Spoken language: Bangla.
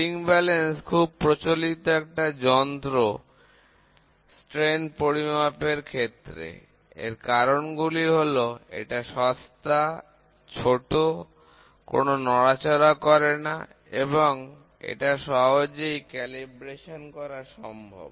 স্প্রিং ব্যালেন্স খুব প্রচলিত একটা যন্ত্র বিকৃতি পরিমাপের ক্ষেত্রে এর কারণ গুলি হলো এটা সস্তা ছোট কোন নড়াচড়া করে না এবং এটা সহজেই ক্যালিব্রেশন করা সম্ভব